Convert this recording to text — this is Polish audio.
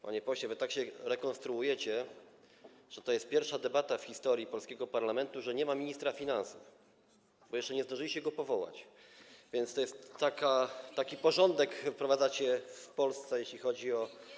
Panie pośle, wy tak się rekonstruujecie, że to jest pierwsza debata w historii polskiego parlamentu, na której nie ma ministra finansów, bo jeszcze nie zdążyliście go powołać, więc taki porządek wprowadzacie w Polsce, jeśli chodzi o.